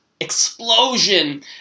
explosion